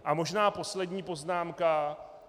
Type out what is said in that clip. A možná poslední poznámka.